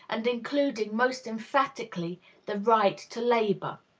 and including most emphatically the right to labor.